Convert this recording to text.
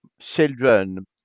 children